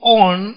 on